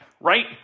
right